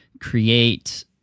create